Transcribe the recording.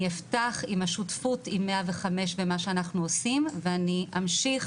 אני אפתח עם השותפות עם 105 במה שאנחנו עושים ואני אמשיך